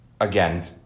again